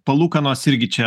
palūkanos irgi čia